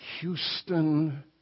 Houston